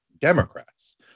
Democrats